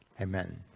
Amen